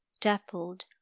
dappled